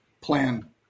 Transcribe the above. plan